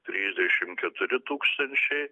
trisdešim keturi tūkstančiai